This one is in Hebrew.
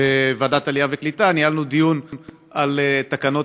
בוועדת העלייה והקליטה ניהלנו דיון על תקנות